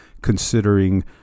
considering